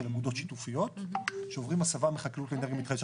עמודות שיתופיות שעוברים הסבה מחקלאות לאנרגיה מתחדשת.